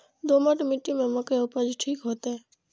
दोमट मिट्टी में मक्के उपज ठीक होते?